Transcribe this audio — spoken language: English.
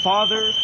Father